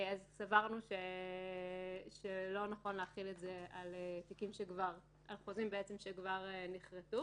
סברנו שלא נכון להחיל את זה על חוזים שכבר נכרתו